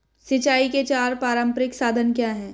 सिंचाई के चार पारंपरिक साधन क्या हैं?